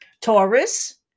Taurus